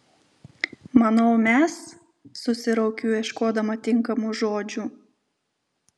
manau mes susiraukiu ieškodama tinkamų žodžių